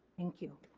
thank you.